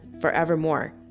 forevermore